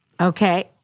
Okay